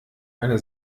eine